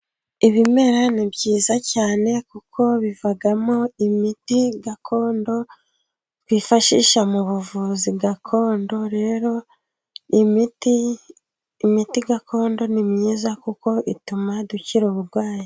Ibimera ni byiza cyane kuko bivamo imiti gakondo twifashisha mu buvuzi gakondo. Rero imiti, imiti gakondo ni myiza kuko ituma dukira uburwayi.